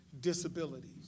disabilities